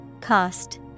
Cost